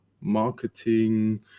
marketing